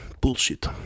Bullshit